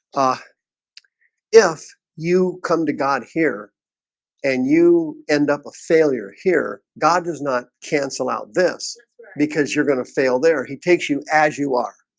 ah if you come to god here and you end up a failure here. god does not cancel out this because you're gonna fail there he takes you as you are.